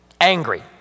angry